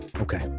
Okay